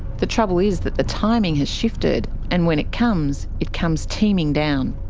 the trouble is that the timing has shifted, and when it comes, it comes teeming down.